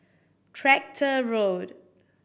Tractor Road